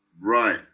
Right